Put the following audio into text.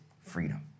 freedom